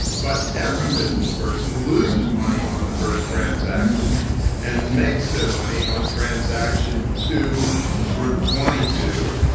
but every business person loses money on the first transaction and makes their money on transaction two through twenty two.